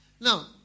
Now